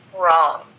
wrong